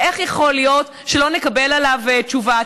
איך יכול להיות שלא נקבל עליו תשובה?